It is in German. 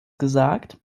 gesagt